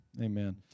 amen